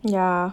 yeah